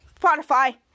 Spotify